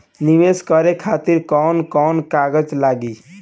नीवेश करे खातिर कवन कवन कागज लागि?